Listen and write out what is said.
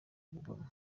ubugome